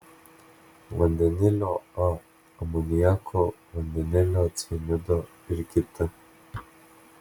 vandenilio a amoniako vandenilio cianido ir kiti